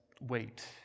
wait